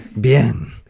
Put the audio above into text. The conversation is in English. Bien